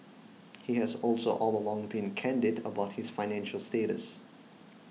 he has also all along been candid about his financial status